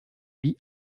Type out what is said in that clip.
wie